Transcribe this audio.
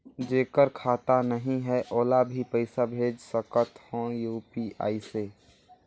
जेकर खाता नहीं है ओला भी पइसा भेज सकत हो यू.पी.आई से?